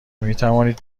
میتوانید